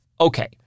Okay